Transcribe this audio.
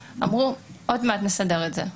אמרו: עוד מעט נסדר את זה.